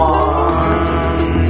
one